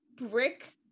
brick